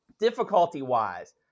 Difficulty-wise